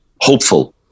hopeful